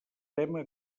tema